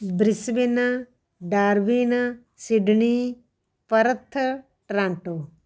Brisbane darwin Sydney Perth Toronto